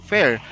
Fair